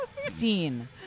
scene